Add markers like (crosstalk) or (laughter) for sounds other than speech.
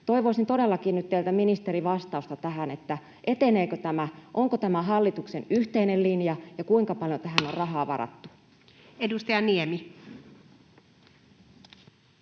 Toivoisin todellakin nyt teiltä, ministeri, vastausta tähän: eteneekö tämä, onko tämä hallituksen yhteinen linja ja kuinka paljon tähän on (noise)